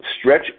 stretch